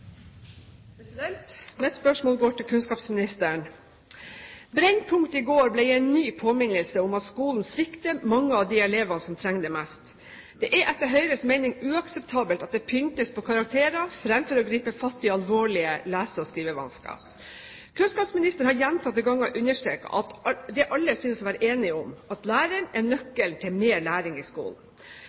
hovedspørsmål. Mitt spørsmål går til kunnskapsministeren. Brennpunkt i går ble en ny påminnelse om at skolen svikter mange av de elevene som trenger det mest. Det er etter Høyres mening uakseptabelt at det pyntes på karakterer fremfor å gripe fatt i alvorlige lese- og skrivevansker. Kunnskapsministeren har gjentatte ganger understreket det alle synes å være enige om, at læreren er nøkkelen til mer læring i skolen.